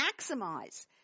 maximize